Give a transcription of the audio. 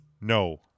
No